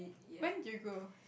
when do you go